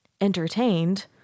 entertained